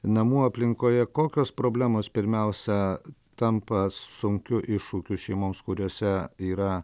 namų aplinkoje kokios problemos pirmiausia tampa sunkiu iššūkiu šeimoms kuriose yra